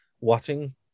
watching